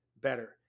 better